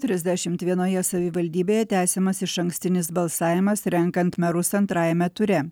trisdešim vienoje savivaldybėje tęsiamas išankstinis balsavimas renkant merus antrajame ture